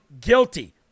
guilty